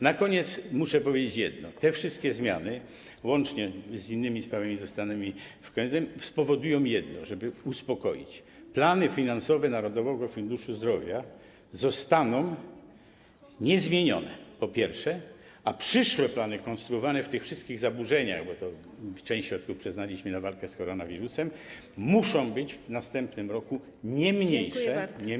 Na koniec muszę powiedzieć, że te wszystkie zmiany, łącznie z innymi sprawami zastanymi, spowodują jedno - żeby uspokoić - plany finansowe Narodowego Funduszu Zdrowia zostaną niezmienione, po pierwsze, a przyszłe plany konstruowane w tych wszystkich zaburzeniach, bo część środków przyznaliśmy na walkę z koronawirusem, muszą być w następnym roku nie mniejsze niż te.